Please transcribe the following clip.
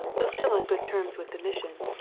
though still on good terms with the mission,